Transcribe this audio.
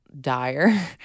dire